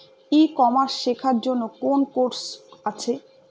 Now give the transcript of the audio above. ই commerce শেক্ষার জন্য কোন কোর্স আছে?